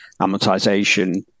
amortization